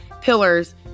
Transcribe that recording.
pillars